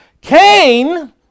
Cain